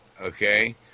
Okay